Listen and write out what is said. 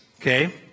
okay